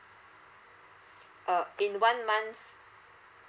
uh in one month